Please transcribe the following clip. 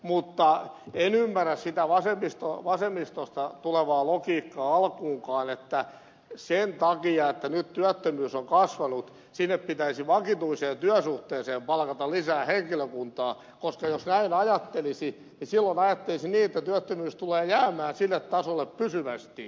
mutta en ymmärrä sitä vasemmistosta tulevaa logiikkaa alkuunkaan että sen takia että nyt työttömyys on kasvanut sinne pitäisi vakituiseen työsuhteeseen palkata lisää henkilökuntaa koska jos näin ajattelisi niin silloin ajattelisi niin että työttömyys tulee jäämään sille tasolle pysyvästi